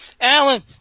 Alan